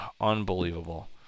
unbelievable